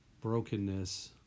brokenness